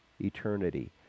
eternity